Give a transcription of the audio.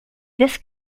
this